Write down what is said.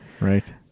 right